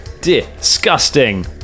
Disgusting